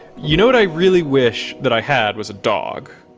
you know what i really wish that i had was a dog